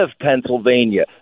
Pennsylvania